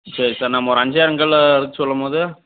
சரி சார் நம்ம ஒரு அஞ்சாயிரம் கல்லை சொல்லும்போது